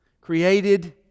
created